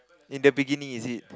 in the beginning is it